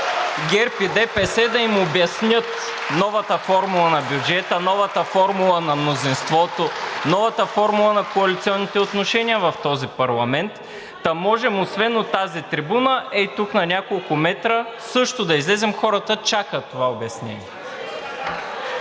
България“) да им обяснят новата формула на бюджета, новата формула на мнозинството, новата формула на коалиционните отношения в този парламент. Та можем освен от тази трибуна, ей тук, на няколко метра, също да излезем. Хората чакат това обяснение.